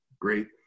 Great